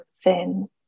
thin